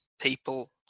people